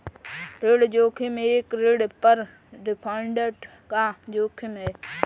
ऋण जोखिम एक ऋण पर डिफ़ॉल्ट का जोखिम है